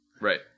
Right